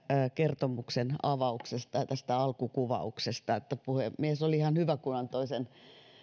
kertomuksen avauksesta ja tästä alkukuvauksesta eli puhemies oli ihan hyvä kun antoi